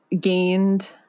gained